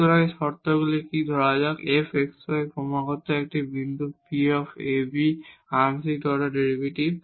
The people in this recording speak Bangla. সুতরাং এই শর্তগুলি কী ধরা যাক f x y ক্রমাগত এবং একটি বিন্দু P a b এ আংশিক অর্ডার ডেরিভেটিভ